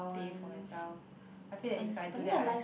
pay for myself I feel like if I do that I